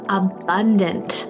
abundant